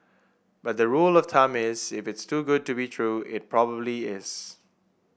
but the rule of thumb is if it's too good to be true it probably is